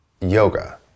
yoga